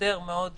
הסדר מאוד קיצוני,